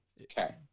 Okay